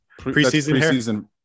preseason –